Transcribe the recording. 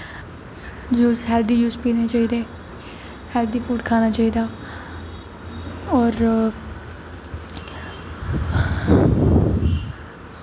juice healthy juice पीने चाहिदे healthy fruit कानें चाहिदे और